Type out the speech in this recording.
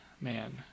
Man